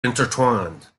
intertwined